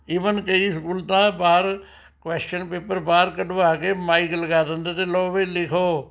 even ਕਈ school ਤਾਂ ਬਾਹਰ ਕੌਸ਼ਨ ਪੇਂਪਰ ਬਾਹਰ ਕਢਵਾ ਕੇ ਮਾਈਕ ਲਗਾ ਦਿੰਦੇ ਤੇ ਲਉ ਵੀ ਲਿਖੋ